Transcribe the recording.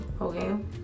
Okay